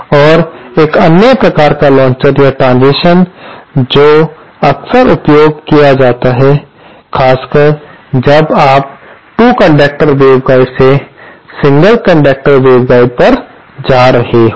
और एक अन्य प्रकार का लांचर या ट्रांसिशन्स जो अक्सर उपयोग किया जाता है खासकर जब आप 2 कंडक्टर वेवगाइड से सिंगल कंडक्टर वेवगाइड पर जा रहे हों